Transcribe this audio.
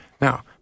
Now